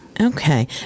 okay